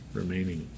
remaining